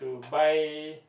buy